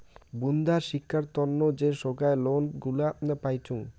বুন্দা শিক্ষার তন্ন যে সোগায় লোন গুলা পাইচুঙ